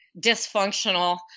dysfunctional